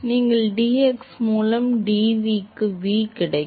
நீங்கள் dx மூலம் dv க்கு v கிடைக்கும்